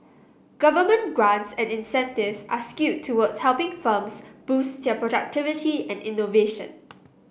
government grants and incentives are skewed towards helping firms boost their productivity and innovation